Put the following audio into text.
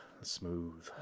Smooth